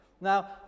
Now